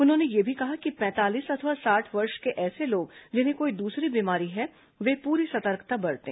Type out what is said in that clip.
उन्होंने यह भी कहा कि पैंतालीस अथवा साठ वर्ष के ऐसे लोग जिन्हें कोई दूसरी बीमारी है वे पूरी सतर्कता बरतें